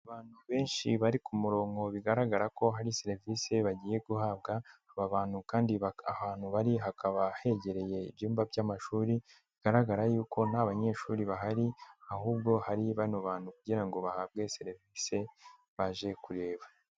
Abantu benshi bari ku murongo bigaragara ko hari serivisi bagiye guhabwa, aba bantu kandi ahantu bari hakaba hegereye ibyumba by'amashuri, bigaragara yuko nta banyeshuri bahari ahubwo hari bano bantu kugira ngo bahabwe serivisi baje kureba.